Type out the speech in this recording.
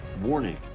Warning